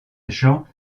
jean